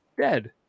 dead